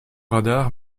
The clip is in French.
radar